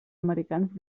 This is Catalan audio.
americans